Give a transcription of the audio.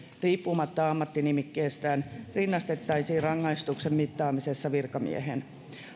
riippumatta ammattinimikkeestään rinnastettaisiin rangaistuksen mittaamisessa virkamieheen